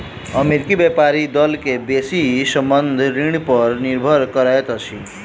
अमेरिकी व्यापारी दल के बेसी संबंद्ध ऋण पर निर्भर करैत अछि